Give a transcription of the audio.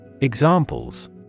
Examples